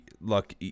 look